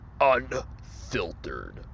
unfiltered